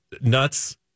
nuts